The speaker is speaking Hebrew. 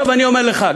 אני אומר לך,